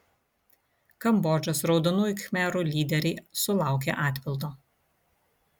kambodžos raudonųjų khmerų lyderiai sulaukė atpildo